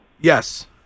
Yes